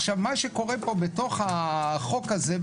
מה שקורה פה בתוך החוק הזה,